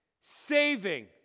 saving